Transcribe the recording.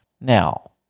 now